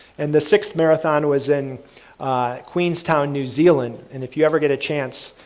and the sixth marathon was in queens town, new zealand, and if you ever get a chance,